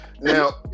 Now